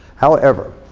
however,